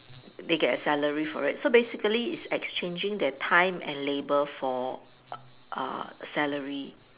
they get a salary for it so basically it's exchanging their time and labour for uh salary